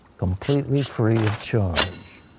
completely free of charge.